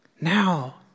now